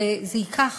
וזה ייקח